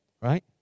Right